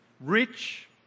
rich